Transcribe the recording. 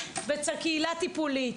בצל קהילה טיפולית.